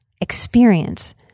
experience